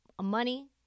Money